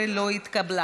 14 לא התקבלה.